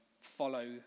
follow